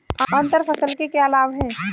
अंतर फसल के क्या लाभ हैं?